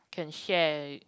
can share